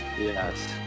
Yes